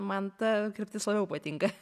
man ta kryptis labiau patinka